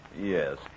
Yes